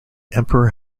emperor